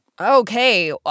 Okay